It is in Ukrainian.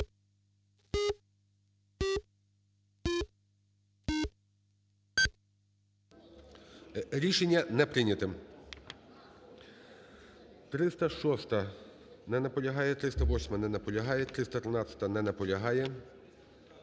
Рішення не прийнято. 319. Не наполягає. 321. Не наполягає. 322. Не наполягає.